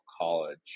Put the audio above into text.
college